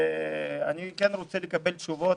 אני כן רוצה לקבל תשובות.